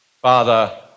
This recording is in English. Father